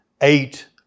eight